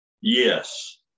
Yes